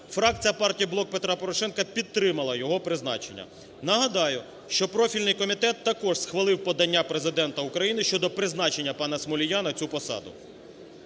Фракція партії "Блок Петра Порошенка" підтримала його призначення. Нагадаю, що профільний комітет також схвалив подання Президента України щодо призначення пана Смолія на цю посаду.